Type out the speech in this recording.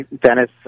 Dennis